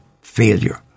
failure